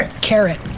Carrot